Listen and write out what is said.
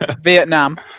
Vietnam